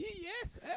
Yes